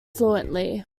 fluently